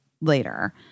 later